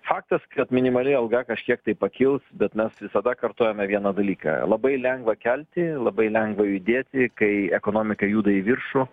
faktas kad minimali alga kažkiek tai pakils bet mes visada kartojame vieną dalyką labai lengva kelti labai lengva judėti kai ekonomika juda į viršų